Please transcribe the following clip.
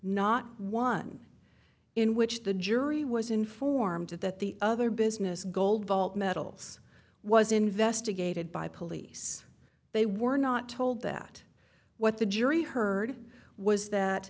not one in which the jury was informed that the other business gold vault metals was investigated by police they were not told that what the jury heard was that